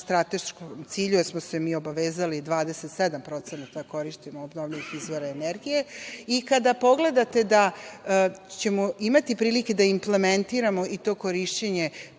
strateškom cilju jer smo se mi obavezali 27% da koristimo obnovljive izvore energije. Kada pogledate da ćemo imati prilike da implementiramo i to korišćenje